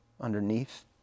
underneath